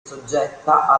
soggetta